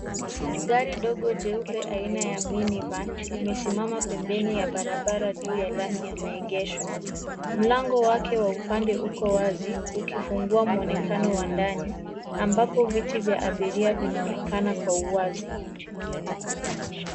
Gari ndogo jeupe aina ya Minivan limesimama pembeni ya barabara juu ya lami ya maegesho. Mlango wake wa upande uko wazi ukifungua muonekano wa ndani ambapo viti vya abiria vinaonekana kwa uwazi.